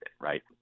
right